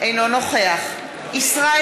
אינו נוכח ישראל